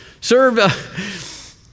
Serve